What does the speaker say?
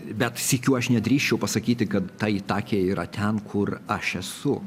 bet sykiu aš nedrįsčiau pasakyti kad ta itakė yra ten kur aš esu